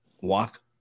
walk